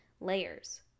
layers